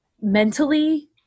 mentally